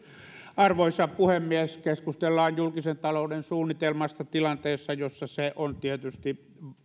arvoisa puhemies keskustellaan julkisen talouden suunnitelmasta tilanteessa jossa se on tietysti